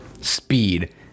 speed